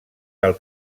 del